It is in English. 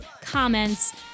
comments